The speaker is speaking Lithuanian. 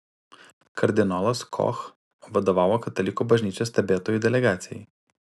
kardinolas koch vadovavo katalikų bažnyčios stebėtojų delegacijai